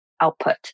output